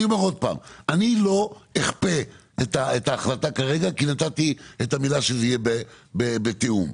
אני לא אכפה את ההחלטה כרגע כי נתתי את המילה שלי שזה יהיה בתיאום,